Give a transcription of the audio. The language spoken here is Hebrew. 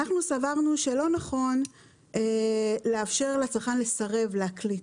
אנחנו סברנו שלא נכון לאפשר לצרכן לסרב להקליט.